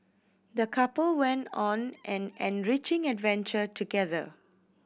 the couple went on an enriching adventure together